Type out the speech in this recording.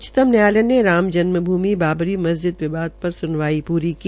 उच्चतम न्यायालय ने रामजन्म भूमि बाबरी मस्जिद विवाद पर सुनवाई पूरी की